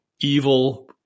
evil